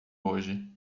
hoje